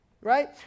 Right